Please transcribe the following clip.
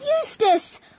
Eustace